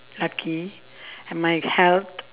lucky and my health